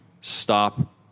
stop